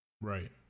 Right